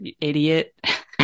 idiot